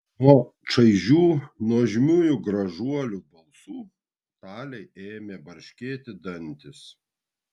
nuo šaižių nuožmiųjų gražuolių balsų talei ėmė barškėti dantys